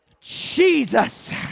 Jesus